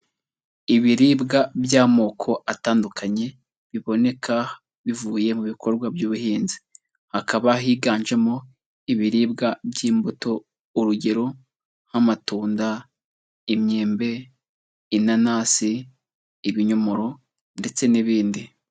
Ibiribwa by'amoko atandukanye biboneka bivuye mu bikorwa by'ubuhinzi, hakaba higanjemo ibiribwa by'imbuto, urugero nk'amatunda, imyembe, inanasi, ibinyomoro ndetse n'ibindi.